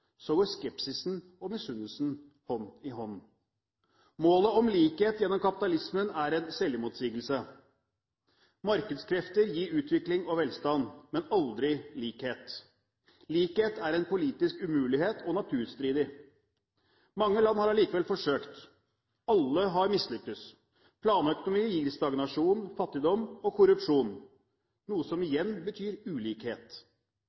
går skepsisen og misunnelsen hånd i hånd. Målet om likhet gjennom kapitalismen er en selvmotsigelse. Markedskrefter gir utvikling og velstand, men aldri likhet. Likhet er en politisk umulighet og naturstridig. Mange land har allikevel forsøkt. Alle har mislyktes. Planøkonomi gir stagnasjon, fattigdom og korrupsjon – noe som igjen betyr ulikhet.